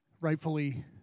rightfully